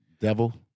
Devil